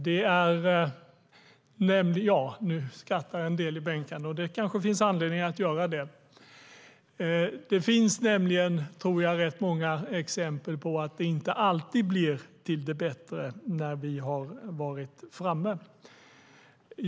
Nu skrattar en del i bänkarna, och det kanske finns anledning att göra det. Det finns nämligen rätt många exempel på att det inte alltid blir till det bättre när vi har varit framme.